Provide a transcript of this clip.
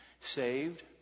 saved